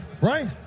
right